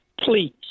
please